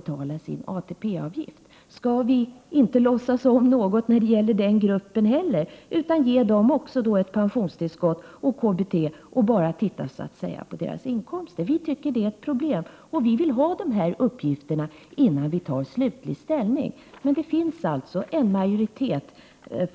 1988/89:110 inte låtsa om något beträffande den gruppen heller utan bara ge den gruppen 9 maj 1989 pensionstillskott och KBT samtidigt som vi bara tittar på inkomsterna? Vi tycker att det här är ett problem. Därför vill vi ha mer uppgifter om detta innan vi tar slutlig ställning. Det finns alltså en majoritet